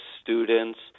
students